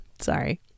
Sorry